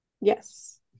Yes